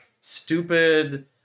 stupid